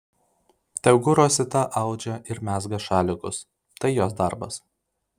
tegu rosita audžia ir mezga šalikus tai jos darbas